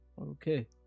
okay